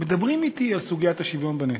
מדברים אתי על סוגיית השוויון בנטל.